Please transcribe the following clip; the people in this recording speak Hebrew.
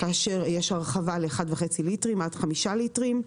כאשר יש הרחבה ל-1.5 ליטרים עד 5 ליטרים.